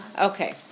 Okay